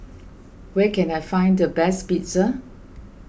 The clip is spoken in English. where can I find the best Pizza